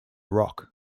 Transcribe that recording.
rock